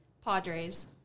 Padres